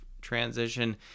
transition